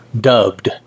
dubbed